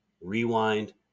rewind